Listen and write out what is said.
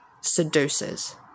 seduces